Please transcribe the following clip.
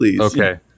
Okay